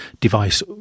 device